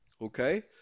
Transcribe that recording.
okay